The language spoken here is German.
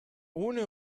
ohne